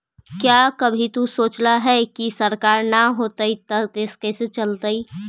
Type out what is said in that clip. क्या कभी तु सोचला है, की सरकार ना होतई ता देश कैसे चलतइ